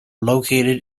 located